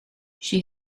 she